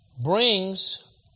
brings